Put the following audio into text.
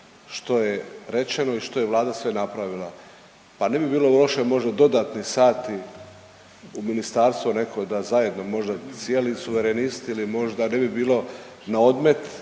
što je rečeno i što je Vlada sve napravila. Pa ne bi bilo loše možda dodatni sati u ministarstvo neko da zajedno možda cijeli suverenisti ili možda ne bi bilo naodmet